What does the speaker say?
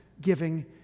giving